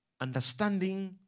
understanding